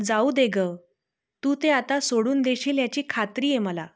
जाऊ दे गं तू ते आता सोडून देशील याची खात्री आहे मला